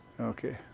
Okay